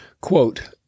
Quote